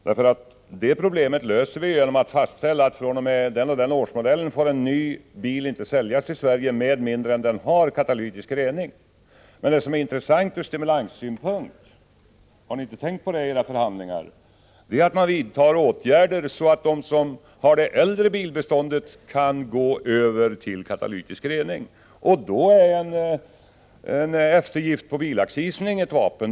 Det problemet löser vi nämligen genom att fastställa att fr.o.m. den och den årsmodellen får en ny bil inte säljas i Sverige med mindre än att den har katalytisk rening. Det som är intressant ur stimulanssynpunkt är — har ni inte tänkt på det i era förhandlingar? — att först vidta åtgärder så att de som har fordon i det äldre bilbeståndet kan gå över till katalytisk rening. Då är eftergifter på bilaccisen inget vapen.